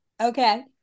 okay